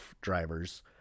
drivers